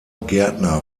gärtner